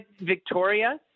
Victoria